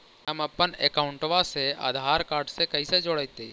हमपन अकाउँटवा से आधार कार्ड से कइसे जोडैतै?